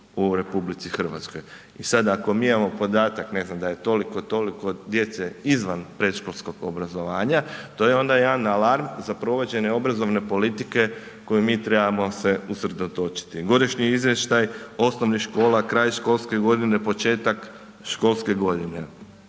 politiku u RH. I sad ako mi imamo podatak da je ne znam toliko i toliko djece izvan predškolskog obrazovanja to je onda jedan alarm za provođenje obrazovne politike koju mi trebamo se usredotočiti. Godišnji izvještaj osnovnih škola, kraj školske godine, početak školske godine.